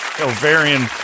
ovarian